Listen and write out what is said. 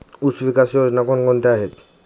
ऊसविकास योजना कोण कोणत्या आहेत?